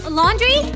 laundry